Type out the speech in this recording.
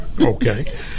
Okay